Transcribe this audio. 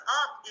up